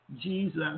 Jesus